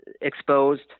exposed